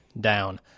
down